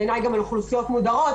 בעיניי גם על אוכלוסיות מודרות,